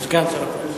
סגן שר החוץ.